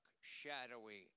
shadowy